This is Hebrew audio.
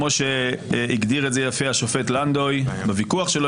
כמו שהגדיר את זה יפה השופט לנדוי בוויכוח שלו